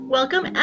Welcome